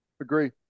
agree